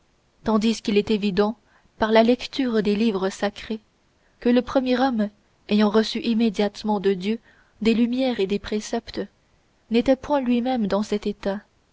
tandis qu'il est évident par la lecture des livres sacrés que le premier homme ayant reçu immédiatement de dieu des lumières et des préceptes n'était point lui-même dans cet état